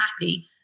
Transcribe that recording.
happy